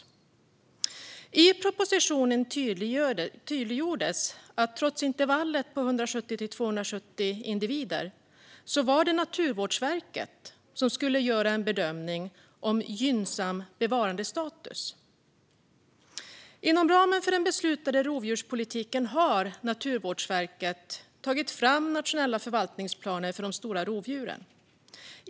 I propositionen tydliggjordes att trots intervallet på 170-270 individer var det Naturvårdsverket som skulle göra en bedömning av gynnsam bevarandestatus. Inom ramen för den beslutade rovdjurspolitiken har Naturvårdsverket tagit fram nationella förvaltningsplaner för de stora rovdjuren.